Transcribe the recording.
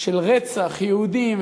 של רצח יהודים,